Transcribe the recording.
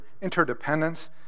interdependence